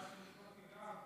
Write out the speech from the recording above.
פגרה,